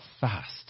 fast